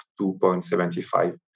2.75